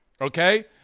okay